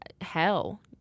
hell